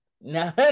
No